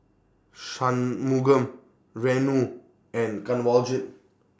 Shunmugam Renu and Kanwaljit